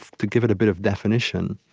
to give it a bit of definition,